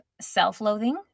self-loathing